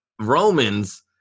romans